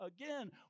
again